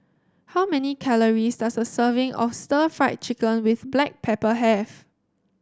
how many calories does a serving of Stir Fried Chicken with Black Pepper have